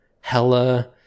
Hella